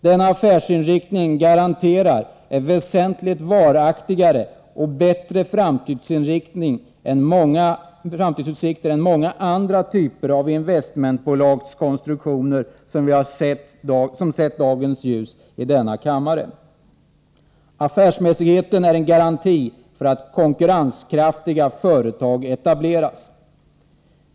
Denna affärsinriktning garanterar väsentligt stadigare och bättre framtidsutsikter än många andra typer av investmentsbolags konstruktioner som setts dagens ljus i denna kammare. Affärsmässigheten är en garanti för att konkurrenskraftiga företag etableras.